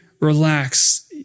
relax